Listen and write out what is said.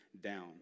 down